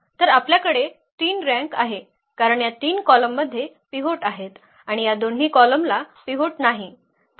तर आपल्याकडे 3 रँक आहे कारण या 3 कॉलममध्ये पिव्होट आहेत आणि या दोन्ही कॉलमला पिव्होट नाही